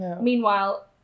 Meanwhile